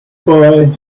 bye